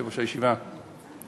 יושב-ראש הישיבה,